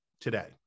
today